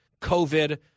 COVID